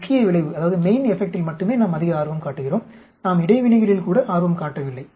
முக்கிய விளைவில் மட்டுமே நாம் அதிக ஆர்வம் காட்டுகிறோம் நாம் இடைவினைகளில் கூட ஆர்வம் காட்டவில்லை